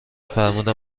فرمودن